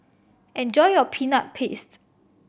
enjoy your Peanut Paste